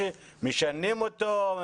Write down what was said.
משנים אותו,